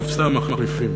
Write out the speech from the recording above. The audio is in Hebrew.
רק את צבע הקופסה מחליפים.